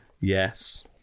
Yes